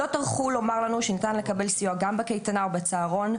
לא טרחו לומר לנו שניתן לקבל סיוע גם בקייטנה או בצהרון,